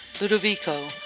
Ludovico